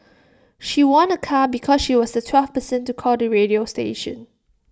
she won A car because she was the twelfth person to call the radio station